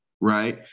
right